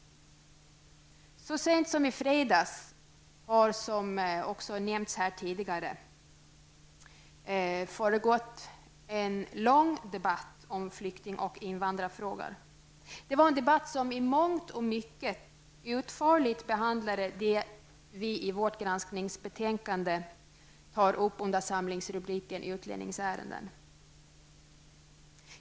Så sent som i fredags försiggick, som tidigare har nämnts, här i kammaren en lång debatt om flyktingoch invandrarfrågor. Det var en debatt där man i mångt och mycket utförligt behandlade det som vi i vårt granskningsbetänkande tar upp under samlingsrubriken Utlänningsärenden.